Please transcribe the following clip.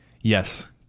Yes